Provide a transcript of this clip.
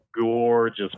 gorgeous